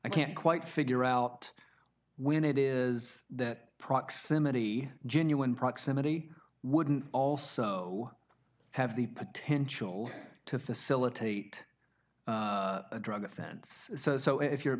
i can't quite figure out when it is the proximity genuine proximity wouldn't also have the potential to facilitate a drug offense so if you're